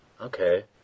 Okay